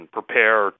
prepare